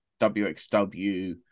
WXW